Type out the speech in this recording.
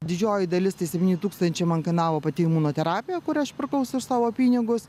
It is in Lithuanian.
didžioji dalis tai septyni tūkstančiams man kainavo pati imunoterapija kur aš pirkau savo pinigus